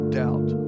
doubt